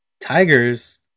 Tigers